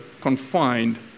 confined